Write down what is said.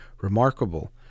remarkable